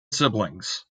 siblings